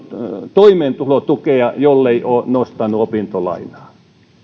toimeentulotukea jollei ole nostanut opintolainaa